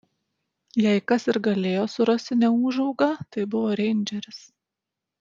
jei kas ir galėjo surasti neūžaugą tai buvo reindžeris